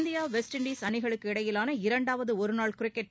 India West Indies அணிகளுக்கிடையிலான இரண்டாவது ஒருநாள் கிரிக்கெட்